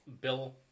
Bill